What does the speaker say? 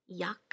yuck